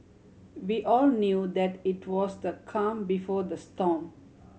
we all knew that it was the calm before the storm